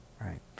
right